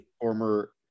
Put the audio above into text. former